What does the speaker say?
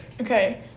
Okay